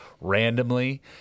randomly